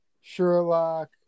Sherlock